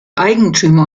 eigentümer